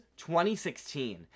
2016